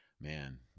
man